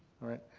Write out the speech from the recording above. alright.